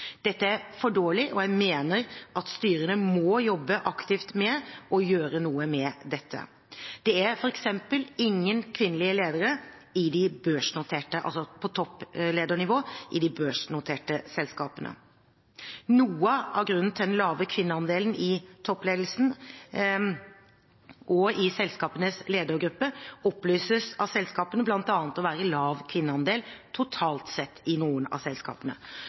Dette er for dårlig, og jeg mener at styrene må jobbe aktivt med og gjøre noe med dette. Det er f.eks. ingen kvinnelige ledere på toppledernivå i de børsnoterte selskapene. Noe av grunnen til den lave kvinneandelen i toppledelsen og i selskapenes ledergrupper opplyses av selskapene bl.a. å være lav kvinneandel totalt sett i noen av selskapene.